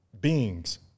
beings